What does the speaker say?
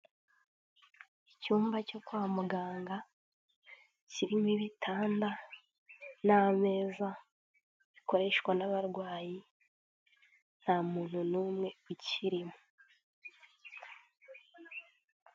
Icyumba cyo kwa muganga kirimo ibitanda n'ameza bikoreshwa n'abarwayi, nta muntu n'umwe ukirimo.